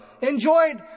enjoyed